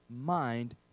mind